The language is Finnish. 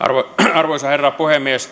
arvoisa herra puhemies